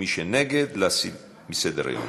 ומי שנגד, להסיר מסדר-היום.